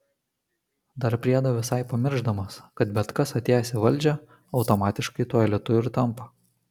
dar priedo visai pamiršdamas kad bet kas atėjęs į valdžią automatiškai tuo elitu ir tampa